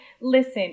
listen